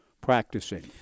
practicing